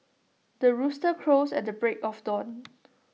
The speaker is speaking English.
the rooster crows at the break of dawn